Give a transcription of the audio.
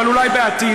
אבל אולי בעתיד,